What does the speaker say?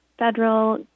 federal